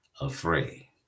afraid